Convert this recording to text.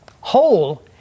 whole